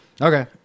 okay